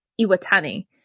Iwatani